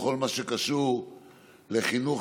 בכל מה שקשור לחינוך